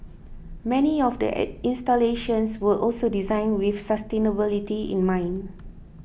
many of the installations were also designed with sustainability in mind